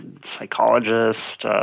psychologist